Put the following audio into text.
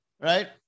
right